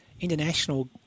international